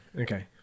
Okay